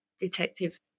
detective